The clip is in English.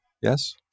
Yes